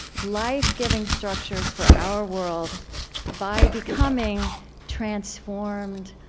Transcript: life-giving structures for our world by becoming transformed,